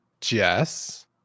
Jess